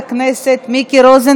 בעמדה של ז'קי לוי.